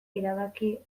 erabaki